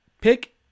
Pick